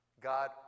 God